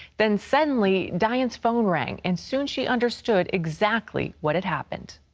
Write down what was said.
then suddenly diane's phone rang, and soon she understood exactly what had happened.